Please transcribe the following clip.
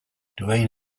duane